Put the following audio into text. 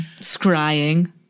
Scrying